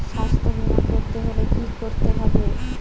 স্বাস্থ্যবীমা করতে হলে কি করতে হবে?